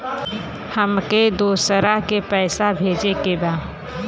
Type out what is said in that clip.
हमके दोसरा के पैसा भेजे के बा?